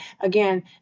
Again